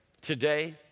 today